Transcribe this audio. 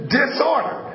disorder